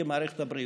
כמערכת הבריאות,